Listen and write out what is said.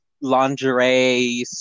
lingerie